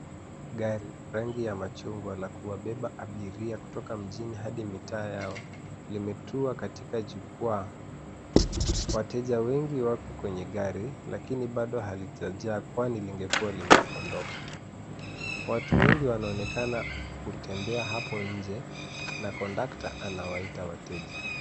Gari rangi ya machungwa la kuwabeba abiria kutoka mjini hadi mitaa yao limetua katika jukwaa. Wateja wengi wako kwenye gari lakini bado halijajaa kwani lingekuwa limeondoka. Watu wengi wanaonekana kutembea hapo nje na kondakta anawaita wateja.